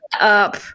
up